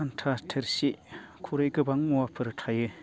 खान्था थोरसि खुरै गोबां मुवाफोर थायो